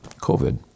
COVID